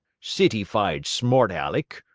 citified smart aleck,